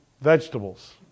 Vegetables